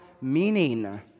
meaning